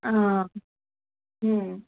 ಹಾಂ ಹ್ಞೂ